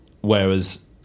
whereas